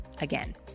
again